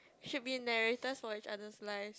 should be narrator for each other's lives